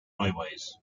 highways